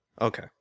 Okay